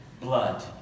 blood